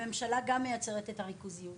הממשלה גם מייצרת את הריכוזיות.